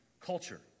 culture